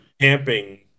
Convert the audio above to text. camping